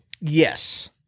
yes